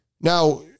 Now